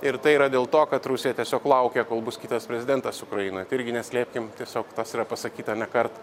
ir tai yra dėl to kad rusija tiesiog laukia kol bus kitas prezidentas ukrainoj tai irgi neslėpkim tiesiog tas yra pasakyta nekart